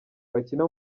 bakina